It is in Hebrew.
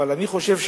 אבל אני חושב,